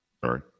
sorry